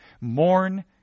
Mourn